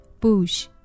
bush